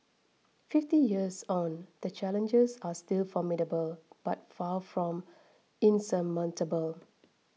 fifty years on the challenges are still formidable but far from insurmountable